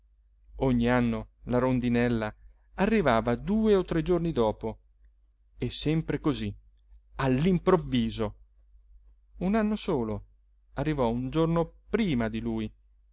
ogni anno la rondinella arrivava due o tre giorni dopo e sempre così all'improvviso un anno solo arrivò un giorno prima di lui